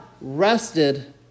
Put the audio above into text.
rested